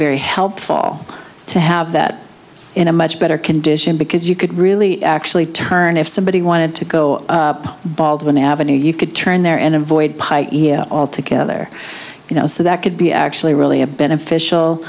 very helpful to have that in a much better condition because you could really actually turn if somebody wanted to go up baldwin avenue you could turn there and avoid piii altogether you know so that could be actually really a beneficial